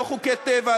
לא חוקי טבע,